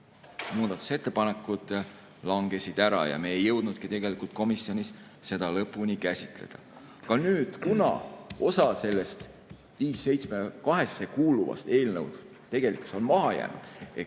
muudatusettepanekud langesid ära ning me ei jõudnudki tegelikult komisjonis seda lõpuni käsitleda. Aga nüüd, kuna osa sellest 572 SE-sse kuuluvast eelnõust on tegelikkuses maha jäänud,